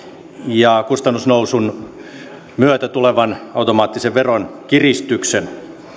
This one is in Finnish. ja kustannusnousun myötä tulevan automaattisen veronkiristyksen